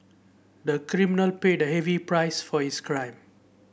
the criminal paid a heavy price for his crime